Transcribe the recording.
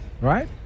right